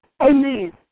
amen